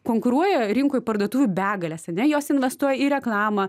konkuruoja rinkoj parduotuvių begalės ane jos investuoja į reklamą